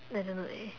I don't know leh